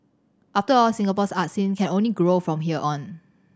after all Singapore's art scene can only grow from here on